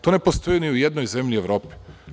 To ne postoji ni u jednoj zemlji Evrope.